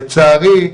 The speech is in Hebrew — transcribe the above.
לצערי,